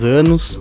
anos